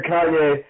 Kanye